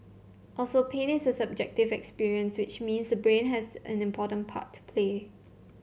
also pain is a subjective experience which means brain has an important part to play